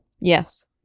Yes